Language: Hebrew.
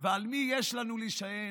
ועל מי יש לנו להישען?